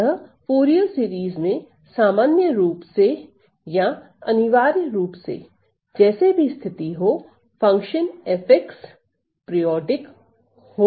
अतः फूरिये श्रेणी मे सामान्य रूप से या अनिवार्य रूप से जैसे भी स्थिति हो फंक्शन f आवर्ती हो